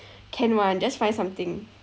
can [one] just find something